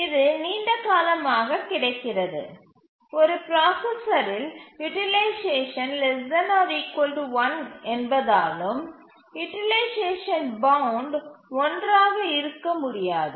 இது நீண்ட காலமாக கிடைக்கிறது ஒரு பிராசஸரில் யூட்டிலைசேஷன் ≤ 1 என்பதாலும் யூட்டிலைசேஷன் பவுண்ட் 1 ஆக இருக்க முடியாது